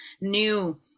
new